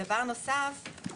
דבר נוסף,